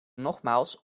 nogmaals